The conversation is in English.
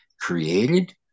created